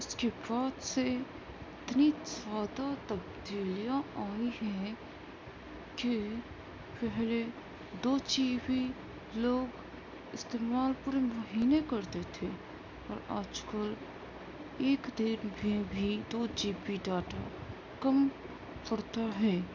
اس کے بعد سے اتنی زیادہ تبدیلیاں آئی ہیں کہ پہلے دو جی بی لوگ استعمال پورے مہینے کرتے تھے اور آج کل ایک دن میں بھی دو جی بی ڈاٹا کم پڑتا ہے